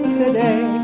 today